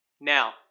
Now